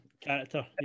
character